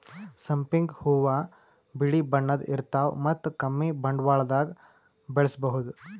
ಸಂಪಿಗ್ ಹೂವಾ ಬಿಳಿ ಬಣ್ಣದ್ ಇರ್ತವ್ ಮತ್ತ್ ಕಮ್ಮಿ ಬಂಡವಾಳ್ದಾಗ್ ಬೆಳಸಬಹುದ್